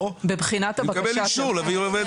או לקבל אישור להביא עובד